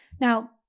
Now